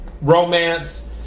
romance